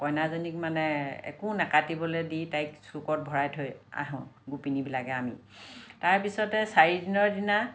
কইনাজনীক মানে একো নাকাটিবলৈ দি তাইক চুকত ভৰাই থৈ আহোঁ গোপিনীবিলাকে আমি তাৰ পিছতে চাৰি দিনৰ দিনা